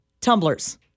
tumblers